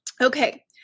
okay